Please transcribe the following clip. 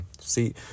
See